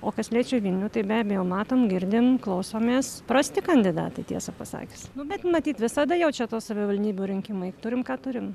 o kas liečia vilnių tai be abejo matom girdim klausomės prasti kandidatai tiesą pasakius nu bet matyt visada jau čia to savivaldybių rinkimai turim ką turim